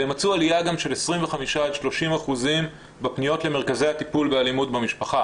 והם מצאו עליה גם של 25-30 אחוזים בפניות למרכזי הטיפול באלימות במשפחה,